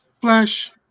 Flash